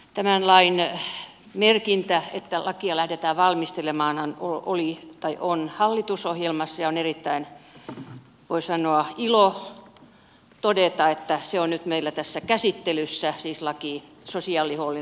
tämän lain merkintä että lakia lähdetään valmistelemaan on hallitusohjelmassa ja on erittäin voi sanoa ilo todeta että se on nyt meillä tässä käsittelyssä siis laki sosiaalihuollon ammattihenkilöistä